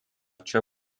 čia